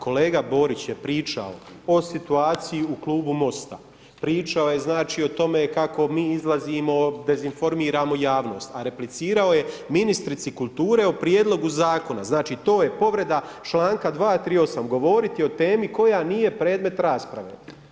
Kolega Borić je pričao o situaciji u klubu Most-a, pričao je o tome kako mi izlazimo i dezinformiramo javnost, a replicirao je ministrici kulture o prijedlogu zakona, znači to je povreda članka 238. govoriti o temi koja nije predmet rasprave.